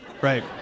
Right